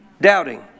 doubting